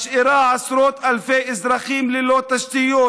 היא משאירה עשרות אלפי אזרחים ללא תשתיות,